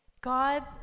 God